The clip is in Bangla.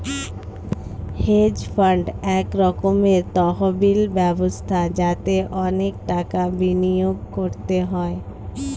হেজ ফান্ড এক রকমের তহবিল ব্যবস্থা যাতে অনেক টাকা বিনিয়োগ করতে হয়